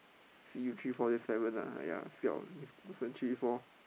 see three four seven ah ya siao this person three four